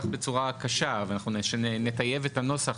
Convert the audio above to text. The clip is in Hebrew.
בצורה קשה ואנחנו נטייב את הנוסח,